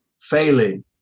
failing